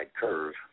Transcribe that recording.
Curve